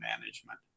management